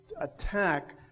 attack